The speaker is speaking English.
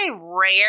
rare